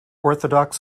orthodox